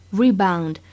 rebound